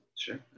Sure